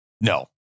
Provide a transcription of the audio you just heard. No